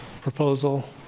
proposal